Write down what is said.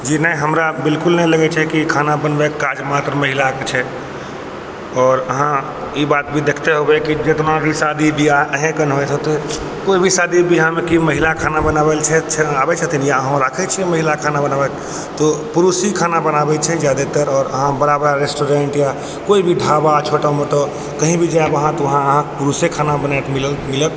जी नहि हमरा बिलकुल नहि लगै छै खाना बनबैक काज मात्र महिला के छै आओर अहाँ ई बात भी देखते होबै की जेतना भी शादी बियाह अहाॅं कन होइत होत कोइ भी शादी बियाहमे कि महिला खाना बनाबै लऽ जायत छथिन आबै छथिन या अहूॅं राखै छियै महिला के खाना बनबै तऽ पुरुष ही खाना बनाबै छै जादातर आओर अहाँ बड़ा बड़ा रेस्टोरेंट यऽ कोइ भी ढाबा छोटा मोटा कहीं भी जायब अहाँ तऽ वहाॅं पुरुषे खाना बनाबैत मिलत